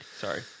Sorry